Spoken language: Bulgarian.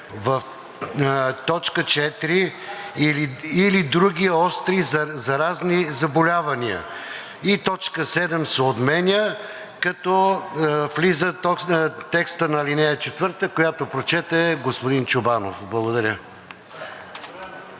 В т. 4 „или други остри заразни заболявания“ и т. 7 отменя, като влиза текстът на ал. 4, която прочете господин Чобанов. Благодаря.